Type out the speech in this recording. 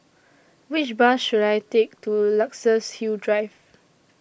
Which Bus should I Take to Luxus Hill Drive